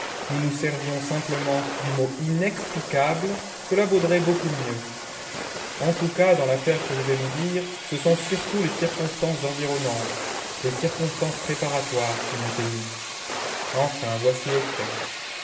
nous nous serions simplement du mot inexplicable cela vaudrait beaucoup mieux en tous cas dans l'affaire que je vais vous dire ce sont surtout les circonstances environnantes les circonstances préparatoires qui m'ont ému enfin voici